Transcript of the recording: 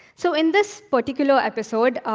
so in this particular episode,